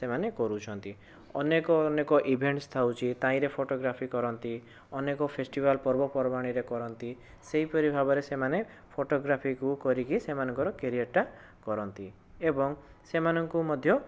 ଏମାନେ କରୁଛନ୍ତି ଅନେକ ଅନେକ ଇଭେଣ୍ଟସ୍ ଥାଉଛି ତାହିଁରେ ଫଟୋଗ୍ରାଫି କରନ୍ତି ଅନେକ ଫେଷ୍ଟିଭାଲ ପର୍ବ ପର୍ବାଣୀରେ କରନ୍ତି ସେହିପରି ଭାବରେ ସେମାନେ ଫଟୋଗ୍ରାଫିକୁ କରିକି ସେମାନଙ୍କର କ୍ୟାରିଅରଟା କରନ୍ତି ଏବଂ ସେମାନଙ୍କୁ ମଧ୍ୟ